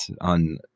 on